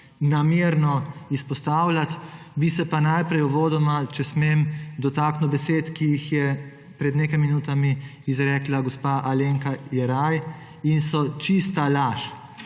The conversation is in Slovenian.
namerno izpostavljati. Bi se pa najprej uvodoma, če smem, dotaknil besed, ki jih je pred nekaj minutami izrekla gospa Alenka Jeraj in so čista laž.